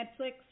Netflix